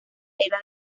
era